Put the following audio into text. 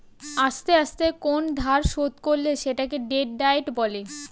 আস্তে আস্তে কোন ধার শোধ করলে সেটাকে ডেট ডায়েট বলে